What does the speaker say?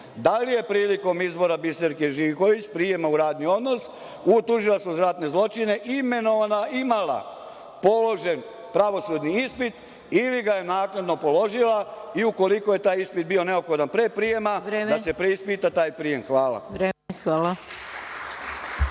da li je prilikom prijema Biserke Živković u radni odnos u Tužilaštvu za ratne zločine imenovana imala položen pravosudni ispit ili ga je naknadno položila? Ukoliko je taj ispit bio neophodan pre prijema, da se preispita taj prijem. Hvala.